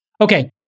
Okay